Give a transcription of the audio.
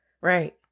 Right